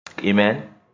Amen